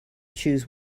choose